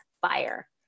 fire